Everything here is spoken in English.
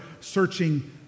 searching